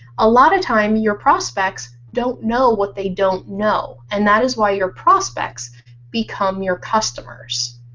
a lot of times, your prospects don't know what they don't know and that is why your prospects become your customers.